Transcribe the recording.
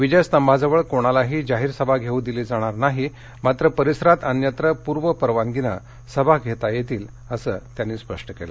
विजयस्तंभाजवळ कोणालाही जाहीर सभा घेऊ दिली जाणार नाही मात्र परिसरात अन्यत्र पूर्व परवानगीने सभा घेता येतील असं त्यांनी स्पष्ट केलं